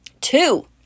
Two